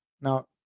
Now